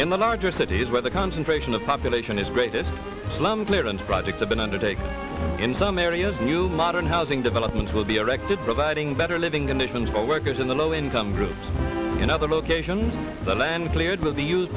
in the larger cities where the concentration of population is greatest slum clearance project have been undertaken in some areas new modern housing developments will be erected providing better living conditions for workers in the low income groups in other locations the land cleared with the use